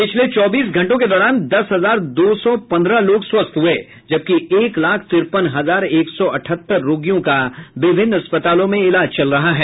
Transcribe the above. पिछले चौबीस घंटों के दौरान दस हजार दो सौ पन्द्रह लोग स्वस्थ हुए जबकि एक लाख तिरेपन हजार एक सौ अठहत्तर रोगियों का विभिन्न अस्पतालों में इलाज चल रहा है